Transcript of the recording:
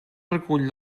recull